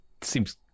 seems